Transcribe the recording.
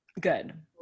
good